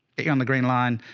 you're on the green line,